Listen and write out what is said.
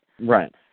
right